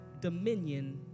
dominion